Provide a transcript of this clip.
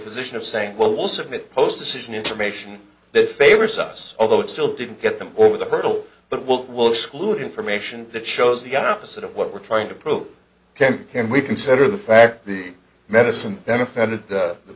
position of saying well we'll submit post decision information that favors us although it still didn't get them over the hurdle but what will exclude information that shows the opposite of what we're trying to prove ok can we consider the fact the medicine that offended